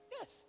Yes